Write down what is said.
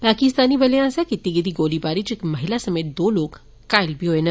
पाकिस्तानी बलें आस्सेआ कीती गेदी गोलीबारी च इक महिला समेत दो लोक घायल होए न